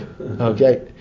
Okay